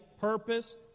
purpose